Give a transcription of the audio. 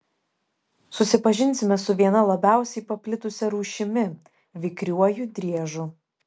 susipažinsime su viena labiausiai paplitusia rūšimi vikriuoju driežu